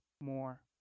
more